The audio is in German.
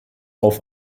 auf